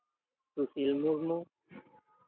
Sushil Murmu